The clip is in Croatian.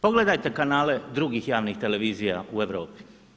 Pogledajte kanale drugih javnih televizija u Europi.